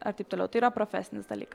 ar taip toliau tai yra profesinis dalykas